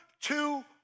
two